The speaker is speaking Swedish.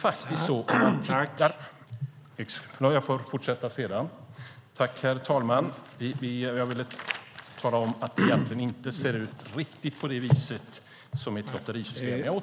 Herr talman! Jag ville tala om att det egentligen inte riktigt ser ut på det viset som ett lotterisystem. Jag återkommer.